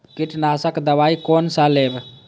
कीट नाशक दवाई कोन सा लेब?